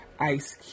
ice